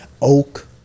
Oak